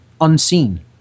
unseen